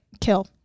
kill